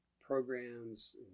programs